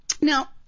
Now